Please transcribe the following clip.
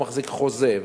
לא מחזיק חוזה,